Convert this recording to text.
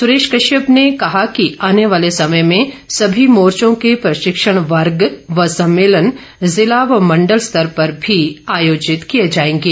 सुरेश कश्यप ने कहा कि आने वाले समय में सभी मोर्चों के प्रशिक्षण वर्ग व सम्मेलन जिला व मण्डल स्तर पर भी आयोजित किए जाएंगे